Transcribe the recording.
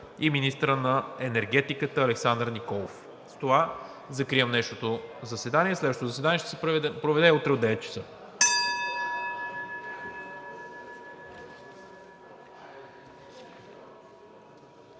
- министъра на енергетиката Александър Николов. С това закривам днешното заседание. Следващото заседание ще се проведе утре от 9,00 ч.